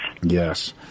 Yes